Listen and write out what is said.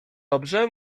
dobrze